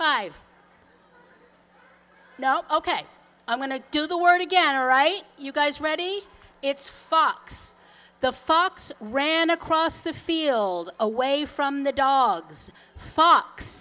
five now ok i'm going to do the word again or right you guys ready it's fox the fox ran across the field away from the dogs fox